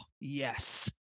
yes